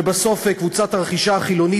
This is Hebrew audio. ובסוף קבוצת הרכישה החילונית,